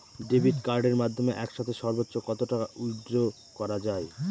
Debit কার্ডের মাধ্যমে একসাথে সর্ব্বোচ্চ কত টাকা উইথড্র করা য়ায়?